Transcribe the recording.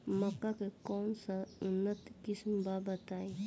मक्का के कौन सा उन्नत किस्म बा बताई?